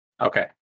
Okay